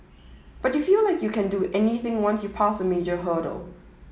but you feel like you can do anything once you passed a major hurdle